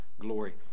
glory